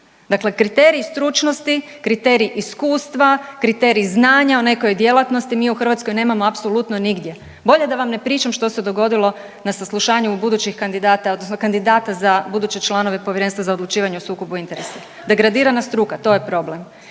dakle kriterij stručnosti, kriterij iskustva, kriterij znanja o nekoj djelatnosti mi u Hrvatskoj nemamo apsolutno nigdje. Bolje da vam ne pričam što se dogodilo na saslušanju budućih kandidata odnosno kandidata za buduće članove Povjerenstva za odlučivanje o sukobu interesa, degradirana struka, to je problem